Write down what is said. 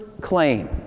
claim